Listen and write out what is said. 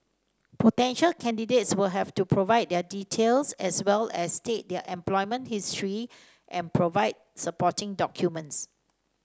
potential candidates will have to provide their details as well as state their employment history and provide supporting documents